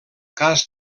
cas